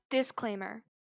Disclaimer